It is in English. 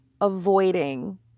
avoiding